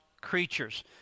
creatures